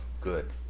good